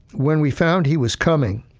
when we found he was coming,